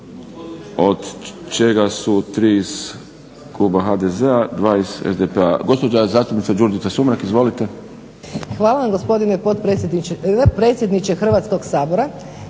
Hvala vam gospodine predsjedniče Hrvatskog sabora.